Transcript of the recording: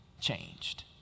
changed